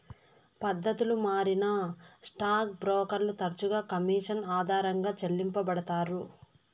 పద్దతులు మారినా స్టాక్ బ్రోకర్లు తరచుగా కమిషన్ ఆధారంగా చెల్లించబడతారు